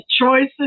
choices